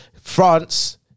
France